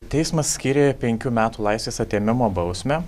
teismas skyrė penkių metų laisvės atėmimo bausmę